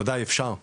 בוודאי,